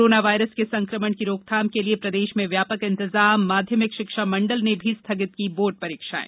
corona virus के संकमण की रोकथाम के लिये प्रदेश में व्यापक इंतजाम माध्यमिक शिक्षा मंडल ने भी स्थगित की बोर्ड परीक्षाएं